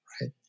right